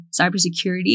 cybersecurity